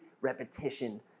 repetition